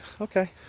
Okay